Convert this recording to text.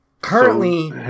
Currently